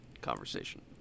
conversation